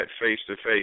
face-to-face